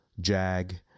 Jag